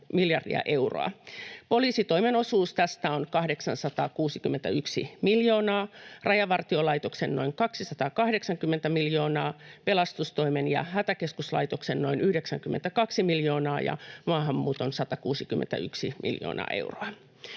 Poliisitoimen osuus tästä on 861 miljoonaa, Rajavartiolaitoksen noin 280 miljoonaa, pelastustoimen ja Hätäkeskuslaitoksen noin 92 miljoonaa ja maahanmuuton 161 miljoonaa euroa.